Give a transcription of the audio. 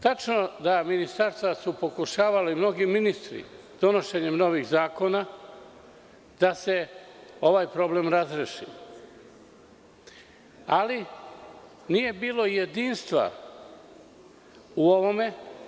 Tačno je da su ministarstva pokušavala i mnogi ministri donošenjem novih zakona, da se ovaj problem razreši, ali nije bilo jedinstva u ovome.